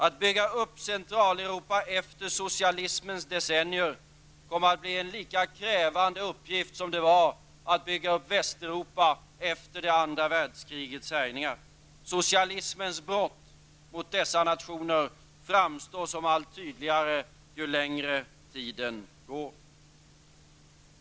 Att bygga upp Centraleuropa efter socialismens decennier kommer att bli en lika krävande uppgift som det var att bygga upp Västeuropa efter andra världskriget. Socialismens brott mot dessa nationer framstår som allt tydligare ju längre tiden går.